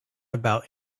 about